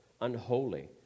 unholy